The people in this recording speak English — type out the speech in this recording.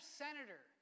senator